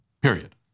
period